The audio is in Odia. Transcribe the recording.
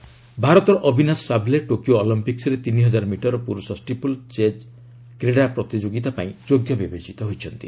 ଟୋକିଓ ଅଲମ୍ପିକ୍ ଭାରତର ଅବିନାଶ ସାବ୍ଲେ ଟୋକିଓ ଅଲମ୍ପିକ୍ରେ ତିନିହଜାର ମିଟର ପୁରୁଷ ଷ୍ଟିପଲ୍ ଚେଜ୍ କ୍ରୀଡ଼ା ପ୍ରତିଯୋଗିତା ପାଇଁ ଯୋଗ୍ୟ ବିବେଚିତ ହୋଇଛନ୍ତି